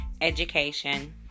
education